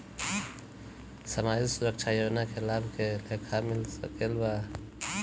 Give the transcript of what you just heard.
सामाजिक सुरक्षा योजना के लाभ के लेखा मिल सके ला?